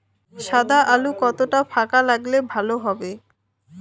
সাদা আলু কতটা ফাকা লাগলে ভালো হবে?